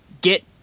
get